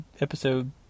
episode